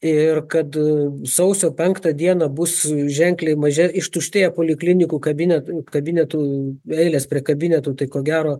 ir kad sausio penktą dieną bus ženkliai maže ištuštėja poliklinikų kabine kabinetų eilės prie kabinetų tai ko gero